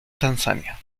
tanzania